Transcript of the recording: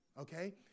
okay